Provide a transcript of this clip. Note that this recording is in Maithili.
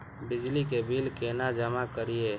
बिजली के बिल केना जमा करिए?